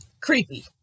Creepy